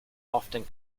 often